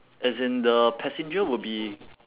as in the passenger will be